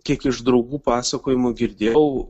kiek iš draugų pasakojimų girdėjau